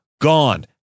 gone